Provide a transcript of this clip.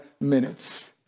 minutes